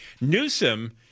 Newsom